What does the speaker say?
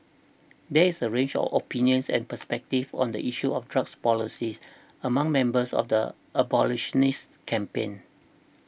there is a range of opinions and perspectives on the issue of drug policy among members of the abolitionist campaign